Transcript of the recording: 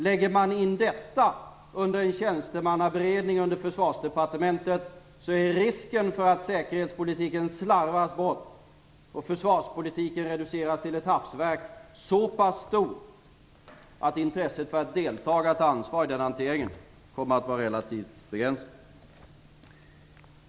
Lägger man in detta under en tjänstemannaberedning under Försvarsdepartementet är risken för att säkerhetspolitiken slarvas bort och försvarspolitiken reduceras till ett hafsverk så pass stor att intresset för att delta och ta ansvar i den hanteringen kommer att vara relativt begränsat.